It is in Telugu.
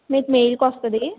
మీకు మెయిల్కి వస్తుంది